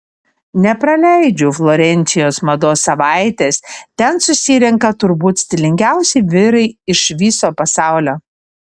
nepraleidžiu florencijos mados savaitės ten susirenka turbūt stilingiausi vyrai iš viso pasaulio